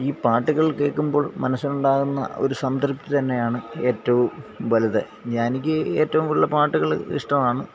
ഈ പാട്ടുകൾ കേൾക്കുമ്പോൾ മനസ്സിനുണ്ടാകുന്ന ഒരു സംതൃപ്തി തന്നെയാണ് ഏറ്റവും വലുത് ഞാൻ എനിക്ക് ഏറ്റവും കൂടുതൽ പാട്ടുകൾ ഇഷ്ടമാണ്